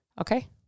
Okay